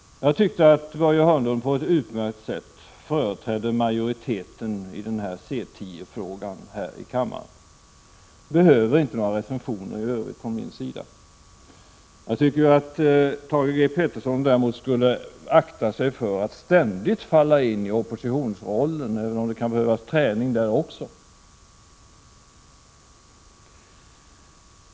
Jag tycker att Börje Hörnlund på ett utmärkt sätt företrädde majoriteten i C 10-frågan här i kammaren. Han behöver inte några recensioner i övrigt från min sida. Däremot bör Thage G. Peterson akta sig för att ständigt falla in i oppositionsrollen, även om'det kan behövas träning för den också.